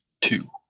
two